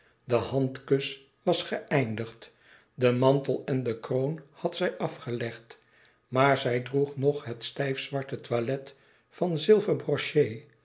de handkus was geëindigd den mantel en de kroon had zij afgelegd maar zij droeg nog het stijfzware toilet van